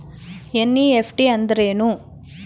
NEFT ಅಂದ್ರೆನು?